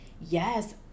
yes